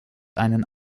einen